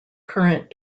current